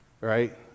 Right